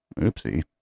oopsie